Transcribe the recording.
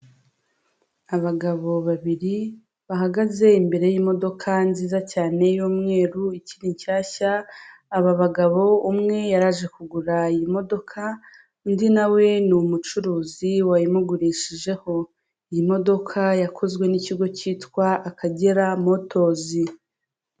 Abagabo babiri bahagaze imbere y'imodoka nziza cyane y'umweru ikiri nshyashya, aba bagabo umwe yaraje kugura iyi modoka, undi nawe ni umucuruzi wayimugurishijeho, iyi modoka yakozwe n'ikigo cyitwa Akagera motozi.